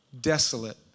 Desolate